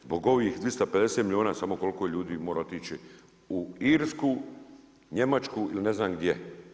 Zbog ovih 250 milijuna samo koliko ljudi mora otići u Irsku, Njemačku ili ne znam gdje.